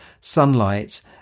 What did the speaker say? sunlight